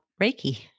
Reiki